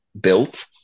built